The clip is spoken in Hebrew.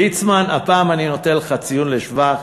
ליצמן, הפעם אני נותן לך ציון לשבח: